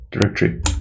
directory